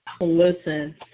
Listen